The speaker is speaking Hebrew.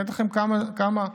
אני יכול לתת לכם כמה "סוגים"